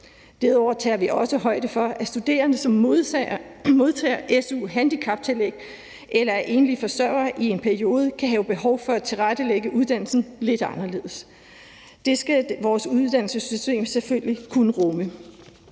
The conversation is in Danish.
Derudover tager vi også højde for, at studerende, som modtager su, handicaptillæg eller er enlige forsørgere i en periode kan have behov for at tilrettelægge uddannelsen lidt anderledes. Det skal vores uddannelsessystem selvfølgelig kunne rumme.